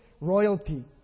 royalty